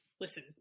Listen